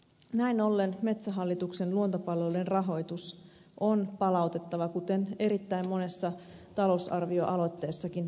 näin ollen metsähallituksen luontopalveluiden rahoitus on palautettava kuten erittäin monessa talousarvioaloitteessakin esitetään